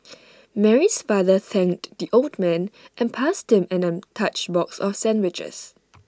Mary's father thanked the old man and passed him an untouched box of sandwiches